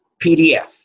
PDF